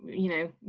you know,